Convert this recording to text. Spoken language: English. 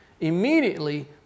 immediately